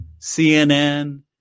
CNN